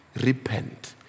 Repent